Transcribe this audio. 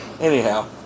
Anyhow